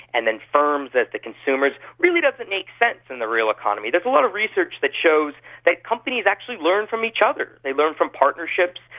and then firms as the consumers, really doesn't make sense in the real economy. there is a lot of research that shows that companies actually learn from each other, they learn from partnerships,